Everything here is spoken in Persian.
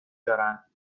دارن